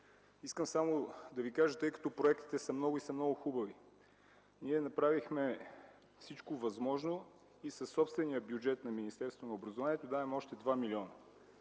Искам само да ви кажа, тъй като проектите са много и са много хубави, ние направихме всичко възможно и със собствения бюджет на Министерство на образованието даваме още 2 милиона.